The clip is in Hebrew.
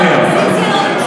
נמצא כאן.